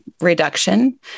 reduction